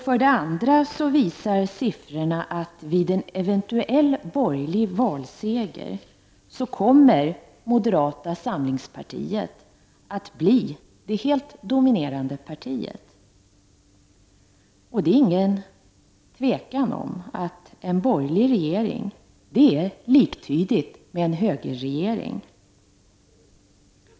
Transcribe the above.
För det andra visar siffrorna att vid en eventuell borgerlig valseger kommer moderata samlingspartiet att bli det helt dominerande partiet. Det är ingen tvekan om att en borgerlig regering blir liktydig med en högerregering.